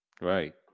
right